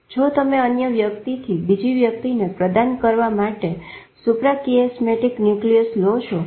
અને જો તમે અન્ય વ્યક્તિથી બીજી વ્યક્તિને પ્રદાન કરવા માટે સુપ્રાકીએસમેટીક ન્યુક્લિઅસ લો છો